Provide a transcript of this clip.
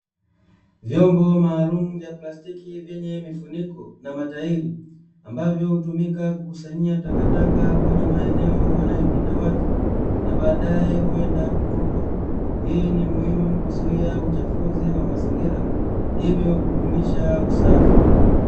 Vyombo maalumu vya plastiki vyenye mifuniko na matairi, ambavyo hutumika kukusanyia takataka kwenye maeneo wanayopita watu, na baadae huenda kutupwa. Hii ni muhimu kuzuia uchafuzi wa mazingira, hivyo kudumisha usafi.